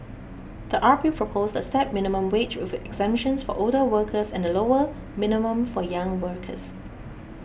the R P proposed a stepped minimum wage with exemptions for older workers and a lower minimum for young workers